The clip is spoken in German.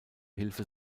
hilfe